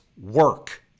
work